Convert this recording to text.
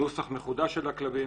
נוסח מחודש של הכללים,